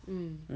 mm